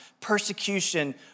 Persecution